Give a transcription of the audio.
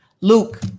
Luke